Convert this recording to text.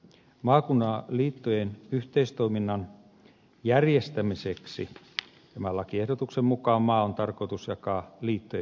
maakunnan liittojen yhteistoiminnan järjestämiseksi tämän lakiehdotuksen mukaan maa on tarkoitus jakaa liittojen yhteistoiminta alueisiin